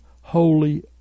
holy